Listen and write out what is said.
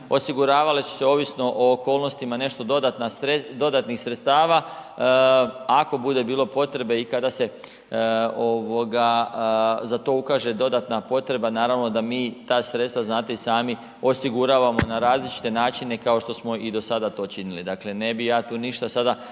osiguravale su se ovisno o okolnostima nešto dodatnih sredstava ako bude bilo potrebe i kada se ovoga za to ukaže dodatna potreba naravno da mi ta sredstva, znate i sami, osiguravamo na različite načine kao što smo i do sada to činili, dakle ne bi ja tu ništa sada